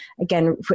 again